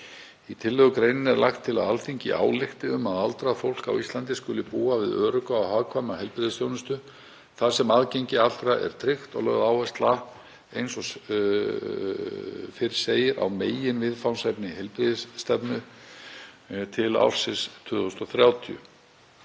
Í tillögugreininni er lagt til að Alþingi álykti um að aldrað fólk á Íslandi skuli búa við örugga og hagkvæma heilbrigðisþjónustu þar sem aðgengi allra er tryggt og áhersla lögð, eins og fyrr segir, á meginviðfangsefni heilbrigðisstefnu til ársins 2030.